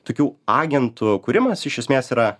tokių agentų kūrimas iš esmės yra